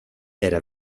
era